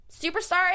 superstar